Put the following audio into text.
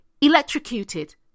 electrocuted